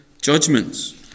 Judgments